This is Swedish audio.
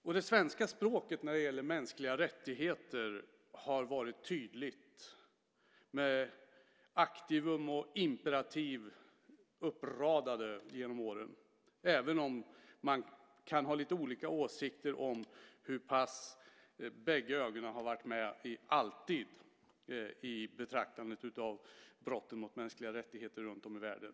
Och det svenska språket har, när det gäller mänskliga rättigheter, varit tydligt med aktivum och imperativ uppradade genom åren, även om man kan ha lite olika åsikter om bägge ögonen alltid har varit med i betraktandet av brotten mot mänskliga rättigheter runtom i världen.